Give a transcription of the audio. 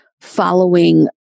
following